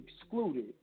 excluded